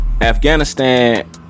Afghanistan